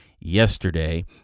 yesterday